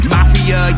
Mafia